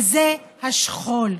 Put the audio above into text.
וזה השכול.